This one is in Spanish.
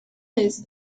vez